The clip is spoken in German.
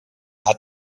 hat